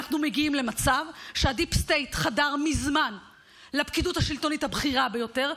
אנחנו מגיעים למצב שהדיפ סטייט חדר מזמן לפקידות השלטונית הבכירה ביותר,